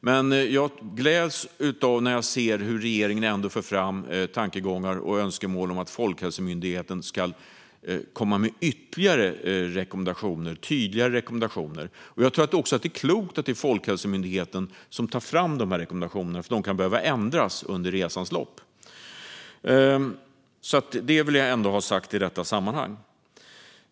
Men jag gläds när jag ser att regeringen ändå för fram tankegångar och önskemål om att Folkhälsomyndigheten ska komma med ytterligare rekommendationer och tydliga rekommendationer. Jag tror också att det är klokt att det är Folkhälsomyndigheten som tar fram rekommendationerna, för de kan behöva ändras under resans lopp. Det vill jag ha sagt i detta sammanhang.